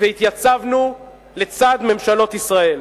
והתייצבנו לצד ממשלות ישראל.